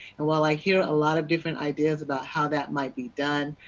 and while i hear a lot of different ideas about how that might be done,